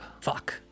Fuck